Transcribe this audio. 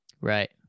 Right